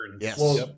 Yes